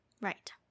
right